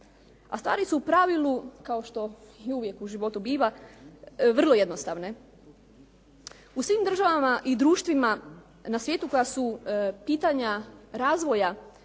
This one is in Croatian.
A stvari su u pravilu kao što i uvijek u životu biva vrlo jednostavne. U svim državama i društvima na svijetu koja su pitanja razvoja